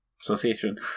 Association